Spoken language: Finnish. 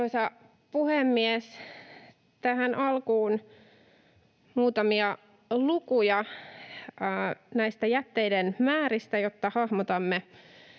puhemies! Tähän alkuun muutamia lukuja jätteiden määristä, jotta hahmotamme